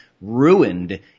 ruined